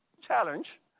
Challenge